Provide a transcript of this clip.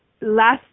last